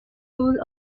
rule